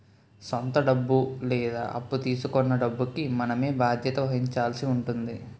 సొంత డబ్బు లేదా అప్పు తీసుకొన్న డబ్బుకి మనమే బాధ్యత వహించాల్సి ఉంటుంది